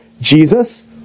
Jesus